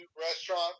Restaurant